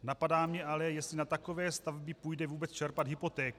Napadá mě ale, jestli na takové stavby půjde vůbec čerpat hypotéku.